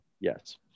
Yes